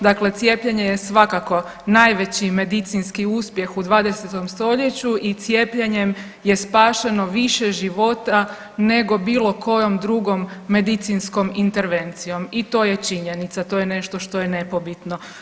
Dakle, cijepljenje je svakako najveći medicinski uspjeh u 20. stoljeću i cijepljenjem je spašeno više života, nego bilo kojom drugom medicinskom intervencijom i to je činjenica, to je nešto što je nepobitno.